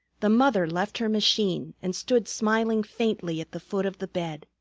the mother left her machine and stood smiling faintly at the foot of the bed.